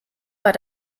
war